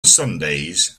sundays